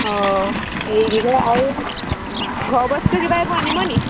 অঁ এই কি কয় আৰু ঘৰৰ বস্তু কিবা এইবোৰ আনিব নি